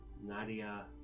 Nadia